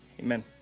Amen